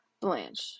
Blanche